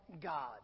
God